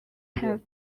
have